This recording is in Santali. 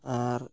ᱟᱨ